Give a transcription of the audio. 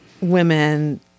women